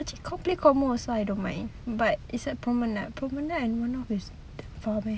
if cheap and nearby I don't mind but it's at promenade promenade I don't know it's that far meh